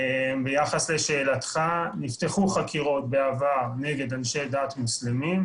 ביחס לשאלתך נפתחו חקירות בעבר נגד אנשי דת מוסלמים,